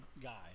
guy